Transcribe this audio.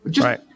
right